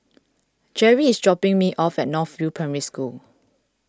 Jerry is dropping me off at North View Primary School